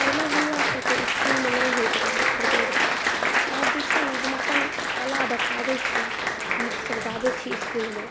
पहिने हमरासबकेँ इसकुलमे नहि होइत रहै प्रतियोगिता आब जे छै ने हम अपन कला देखाबै छी गीतसब गाबै छी इसकुलमे